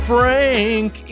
Frank